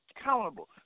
accountable